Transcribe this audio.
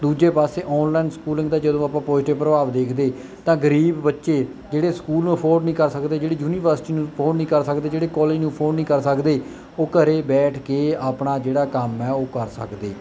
ਦੂਜੇ ਪਾਸੇ online schooling ਦਾ ਜਦੋਂ ਆਪਾਂ ਪੋਜ਼ੀਟਿਵ ਪ੍ਰਭਾਵ ਦੇਖਦੇ ਤਾਂ ਗਰੀਬ ਬੱਚੇ ਜਿਹੜੇ ਸਕੂਲ ਅਫੋਰਡ ਨਹੀਂ ਕਰ ਸਕਦੇ ਜਿਹੜੀ ਯੂਨੀਵਰਸਿਟੀ ਨੂੰ ਅਫੋਰਡ ਨਹੀਂ ਕਰ ਸਕਦੇ ਜਿਹੜੇ ਕਾਲਜ ਨੂੰ ਅਫੋਰਡ ਨਹੀਂ ਕਰ ਸਕਦੇ ਉਹ ਘਰੇ ਬੈਠ ਕੇ ਆਪਣਾ ਜਿਹੜਾ ਕੰਮ ਐ ਉਹ ਕਰ ਸਕਦੇ